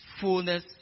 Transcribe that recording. Fullness